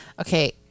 okay